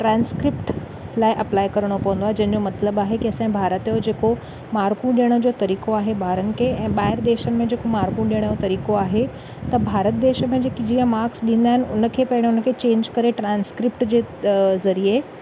transcript लाइ apply करिणो पवंदो आहे जंहिंजो मतिलबु आहे की असांजे भारत जो जेको मार्कूं ॾियण जो तरीक़ो आहे ॿारनि खे ऐं ॿाहिरि देश में जेको मार्कूं ॾियण जो तरीक़ो आहे त भारत देश में जेके जीअं माक्स ॾींदा आहिनि उन खे पहिरों उन खे चेंज करे ट्रांसक्रिप्ट जे ज़रिए